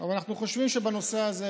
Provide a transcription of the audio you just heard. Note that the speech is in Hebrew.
אבל אנחנו חושבים שבנושא הזה,